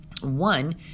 One